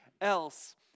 else